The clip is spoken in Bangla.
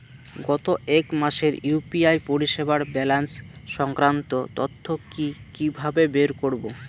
গত এক মাসের ইউ.পি.আই পরিষেবার ব্যালান্স সংক্রান্ত তথ্য কি কিভাবে বের করব?